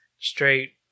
Straight